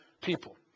people